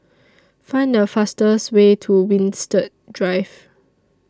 Find The fastest Way to Winstedt Drive